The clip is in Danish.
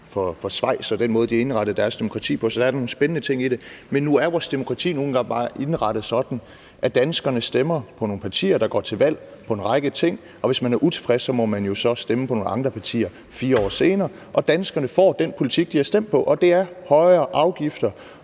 for Schweiz og den måde, de har indrettet deres demokrati på. Så der er nogle spændende ting i det, men nu er vores demokrati nu engang bare indrettet sådan, at danskerne stemmer på nogle partier, der går til valg på en række ting, og hvis man er utilfreds, må man så stemme på nogle andre partier 4 år senere, og danskerne får den politik, de har stemt på. Det er højere afgifter